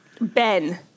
Ben